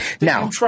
Now